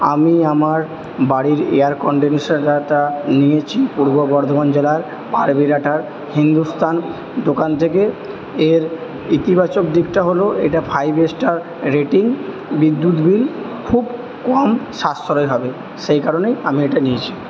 আমি আমার বাড়ির এয়ার কন্ডিনশনারটা নিয়েছি পূর্ব বর্ধমান জেলার পারবীরহাটার হিন্দুস্থান দোকান থেকে এর ইতিবাচক দিকটা হল এটা ফাইভ স্টার রেটিং বিদ্যুৎ বিল খুব কম সাশ্রয় হবে সেই কারণেই আমি এটা নিয়েছি